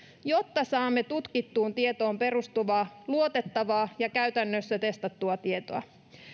jotta saamme tutkittuun tietoon perustuvaa luotettavaa ja käytännössä testattua tietoa